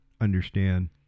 understand